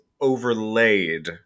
Overlaid